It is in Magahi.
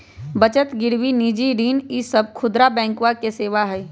बचत गिरवी निजी ऋण ई सब खुदरा बैंकवा के सेवा हई